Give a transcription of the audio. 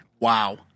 Wow